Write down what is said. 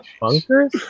Bunkers